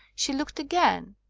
she looked again,